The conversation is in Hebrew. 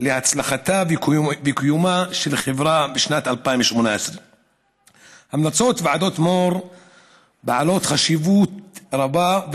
להצלחתה ולקיומה של חברה בשנת 2018. המלצות ועדות מור יוסף בעלות חשיבות רבה,